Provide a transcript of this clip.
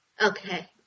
Okay